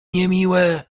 niemiłe